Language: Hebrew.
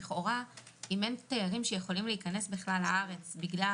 לכאורה אם אין תיירים שיכולים להיכנס לארץ בגלל